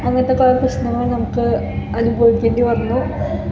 അങ്ങനത്തെ കുറെ പ്രശ്നങ്ങള് നമുക്ക് അനുഭവിക്കേണ്ടി വന്നു